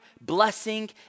blessing